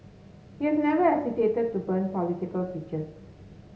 he has never hesitated to burn political bridges